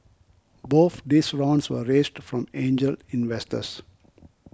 both these rounds were raised from angel investors